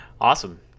Awesome